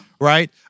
Right